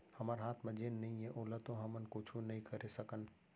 हमर हाथ म जेन नइये ओला तो हमन कुछु नइ करे सकन